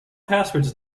passwords